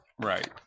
Right